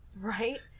Right